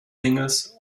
singles